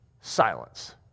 Silence